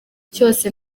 cyose